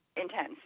intense